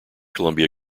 columbia